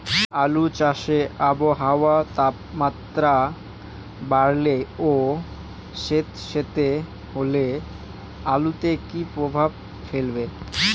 আলু চাষে আবহাওয়ার তাপমাত্রা বাড়লে ও সেতসেতে হলে আলুতে কী প্রভাব ফেলবে?